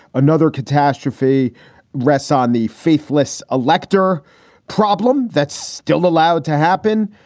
another catastrophe rests on the faithless elector problem that's still allowed to happen.